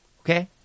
Okay